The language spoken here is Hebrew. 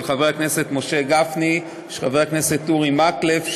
של חבר הכנסת משה גפני ושל חבר הכנסת אורי מקלב,